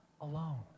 alone